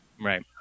Right